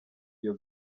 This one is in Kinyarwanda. iyo